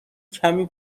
کمی